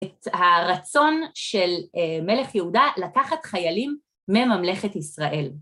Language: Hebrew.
את הרצון של מלך יהודה לקחת חיילים מממלכת ישראל.